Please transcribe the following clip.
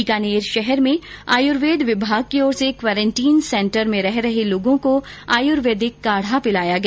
बीकानेर शहर में आयुर्वेद विभाग की ओर से क्वारेंटीन सेंटर में रह रहे लोगों को आयुर्वेदिक काढा पिलाया गया